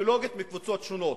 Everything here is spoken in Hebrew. ואידיאולוגית בקבוצות שונות.